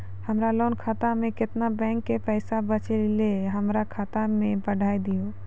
हमरा लोन खाता मे केतना बैंक के पैसा बचलै हमरा खाता मे चढ़ाय दिहो?